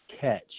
catch